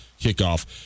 kickoff